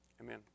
Amen